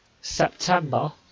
september